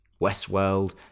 Westworld